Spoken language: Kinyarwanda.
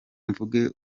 mvuge